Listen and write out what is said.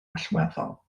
allweddol